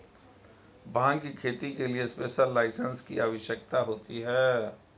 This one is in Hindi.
भांग की खेती के लिए स्पेशल लाइसेंस की आवश्यकता होती है